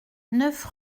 neuf